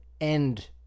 end